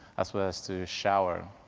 as well as to shower.